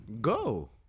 Go